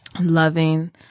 Loving